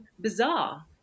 bizarre